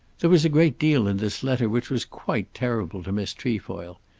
there was a great deal in this letter which was quite terrible to miss trefoil.